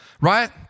right